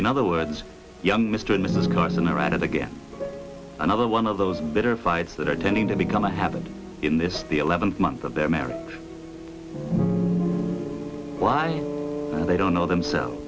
in other words young mr and mrs carson are at it again another one of those bitter fights that are tending to become a habit in this the eleventh month of their marriage why they don't know themselves